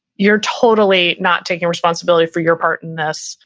you're totally not taking responsibility for your part in this.